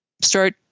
start